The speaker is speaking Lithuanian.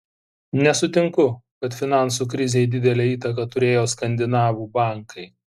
nesutinku kad finansų krizei didelę įtaką turėjo skandinavų bankai